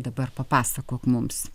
dabar papasakok mums